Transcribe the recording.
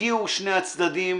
שני הצדדים